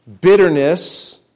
bitterness